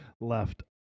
left